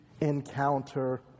encounter